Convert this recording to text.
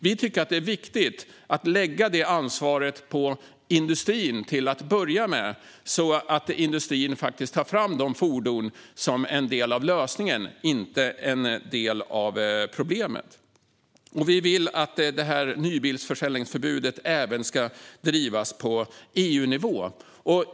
Vi tycker att det är viktigt att lägga detta ansvar på industrin till att börja med så att industrin tar fram fordon som är en del av lösningen och inte en del av problemet. Vi vill att detta nybilsförsäljningsförbud även ska drivas på EU-nivå.